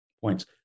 points